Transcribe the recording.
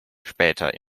später